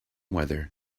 weather